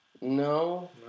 No